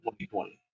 2020